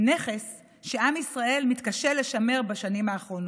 נכס שעם ישראל מתקשה לשמר בשנים האחרונות,